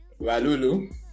walulu